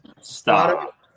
Stop